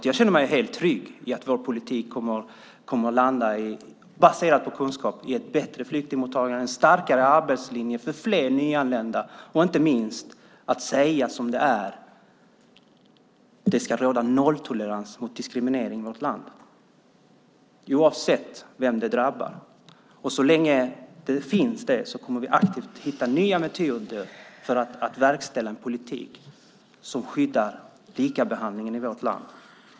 Jag känner mig alltså helt trygg i att vår politik, baserad på kunskap, kommer att leda till ett bättre flyktingmottagande och en starkare arbetslinje för fler nyanlända och inte minst till att man säger som det är: Det ska råda nolltolerans mot diskriminering i vårt land oavsett vem det drabbar. Så länge det finns diskriminering kommer vi aktivt att hitta nya metoder för att verkställa en politik som skyddar likabehandlingen i vårt land.